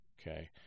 okay